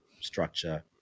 structure